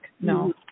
No